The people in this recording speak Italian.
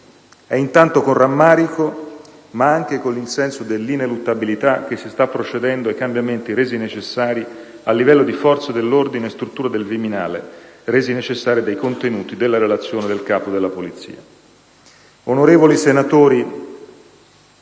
È intanto con rammarico, ma anche con il senso dell'ineluttabilità, che si sta procedendo ai cambiamenti resi necessari, a livello di forze dell'ordine e strutture del Viminale, dai contenuti della relazione del Capo della Polizia.